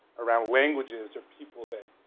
around languages or people